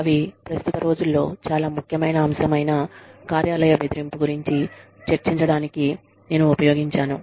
అవి ప్రస్తుత రోజుల్లో చాలా ముఖ్యమైన అంశం అయిన కార్యాలయ బెదిరింపు గురించి చర్చించడానికి నేను ఉపయోగించాను